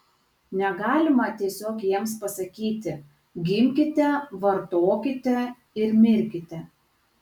negalima tiesiog jiems pasakyti gimkite vartokite ir mirkite